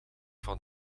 van